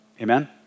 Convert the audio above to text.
Amen